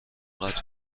قدر